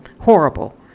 horrible